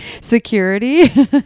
security